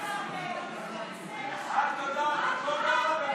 יהדות התורה לסעיף 1 לא נתקבלה.